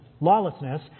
lawlessness